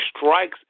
strikes